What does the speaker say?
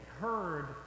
heard